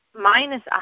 minus